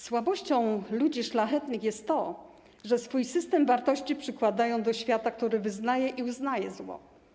Słabością ludzi szlachetnych jest to, że swój system wartości przykładają do świata, który wyznaje i uznaje zło.